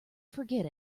forget